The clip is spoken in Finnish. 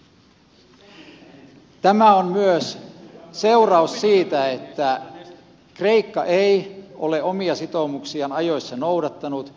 tämä on myös seuraus siitä että kreikka ei ole omia sitoumuksiaan ajoissa noudattanut